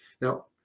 Now